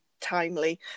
timely